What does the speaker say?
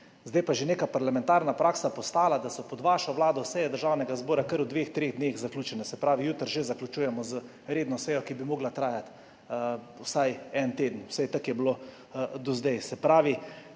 postala neka parlamentarna praksa, da so pod vašo vlado seje Državnega zbora kar v dveh, treh dneh zaključene, se pravi, jutri že zaključujemo z redno sejo, ki bi mogla trajati vsaj en teden, vsaj tako je bilo do zdaj.